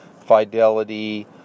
Fidelity